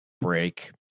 break